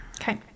Okay